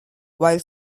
while